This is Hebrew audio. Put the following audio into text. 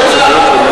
כרגע.